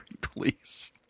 please